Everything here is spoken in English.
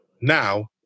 now